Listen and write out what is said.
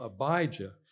Abijah